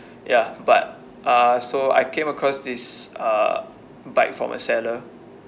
ya but uh so I came across this uh bike from a seller